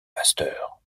pasteur